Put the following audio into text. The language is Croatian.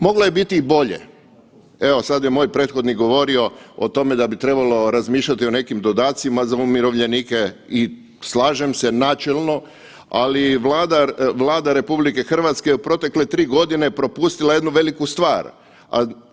Moglo je biti i bolje, evo sad je moj prethodnik govorio o tome da bi trebalo razmišljati o nekim dodacima za umirovljenike i slažem se načelno, ali Vlada RH je u protekle 3 godine propustila jednu veliku stvar.